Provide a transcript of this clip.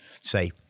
say